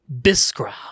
Biskra